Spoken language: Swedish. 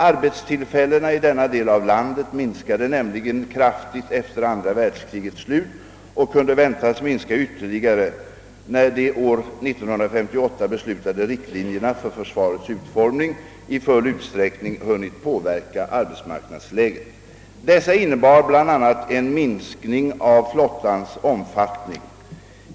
Arbetstillfällena i denna del av landet minskade nämligen kraftigt efter andra världskrigets slut och kunde väntas minska ytterligare när de år 1958 beslutade riktlinjerna för försvarets utformning i full utsträckning hunnit påverka arbetsmarknadsläget. Dessa innebar bl.a. en minskning av flottans omfattning.